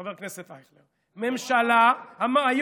חבר הכנסת אייכלר, היום אמר את זה?